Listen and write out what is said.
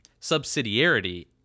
subsidiarity